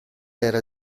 era